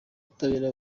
ubutabera